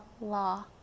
law